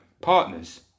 partners